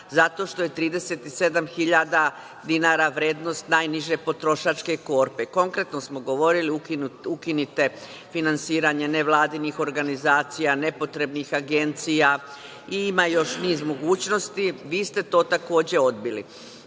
zato što je 37.000 hiljada dinara vrednost najniže potrošačke korpe. Konkretno smo govorili, ukinite finansiranje nevladinih organizacija, nepotrebnih agencija, ima još niz mogućnosti. Vi ste to takođe odbili.